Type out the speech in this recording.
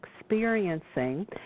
experiencing